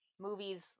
movies